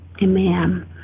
Amen